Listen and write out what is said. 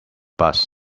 bus